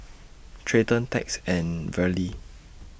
Treyton Tex and Verle